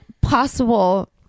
possible